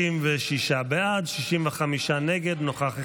36 בעד, 65 נגד, נוכח אחד.